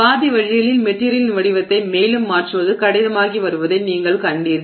பாதி வழியில் மெட்டிரியலின் வடிவத்தை மேலும் மாற்றுவது கடினமாகி வருவதை நீங்கள் கண்டீர்கள்